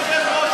אדוני היושב-ראש,